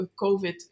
COVID